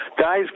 guys